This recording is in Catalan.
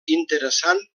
interessant